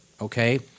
okay